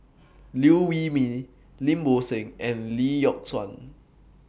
Liew Wee Mee Lim Bo Seng and Lee Yock Suan